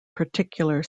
particular